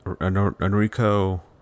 Enrico